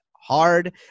hard